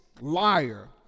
liar